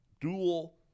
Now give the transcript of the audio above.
dual